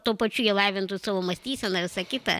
tuo pačiu jie lavintų savo mąstyseną visa kita